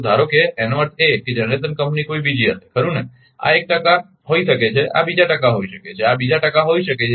તો ધારો કે એનો અર્થ એ કે જનરેશન કંપની કોઈ બીજી હશે ખરુ ને આ એક ટકા હોઈ શકે છે આ બીજા ટકા હોઈ શકે છે આ બીજા ટકા હોઈ શકે છે